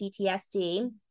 PTSD